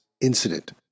Incident